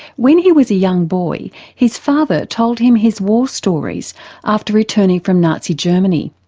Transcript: when he was a young boy his father told him his war stories after returning from nazi germany.